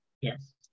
Yes